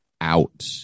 out